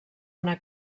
una